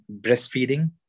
breastfeeding